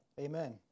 Amen